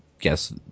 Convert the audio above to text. guess